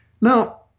Now